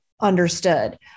understood